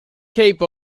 cape